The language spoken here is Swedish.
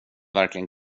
verkligen